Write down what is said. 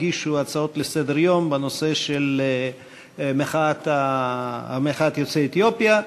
הגישו הצעות לסדר-היום בנושא מחאת יוצאי אתיופיה.